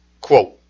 Quote